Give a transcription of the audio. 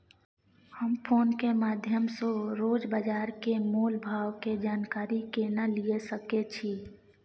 हम फोन के माध्यम सो रोज बाजार के मोल भाव के जानकारी केना लिए सके छी?